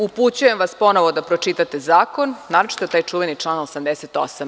Upućujem vas ponovo da pročitate zakon, naročito taj čuveni član 88.